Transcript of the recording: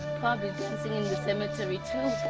dancing in the cemetery too